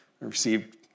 received